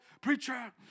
Preacher